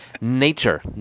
nature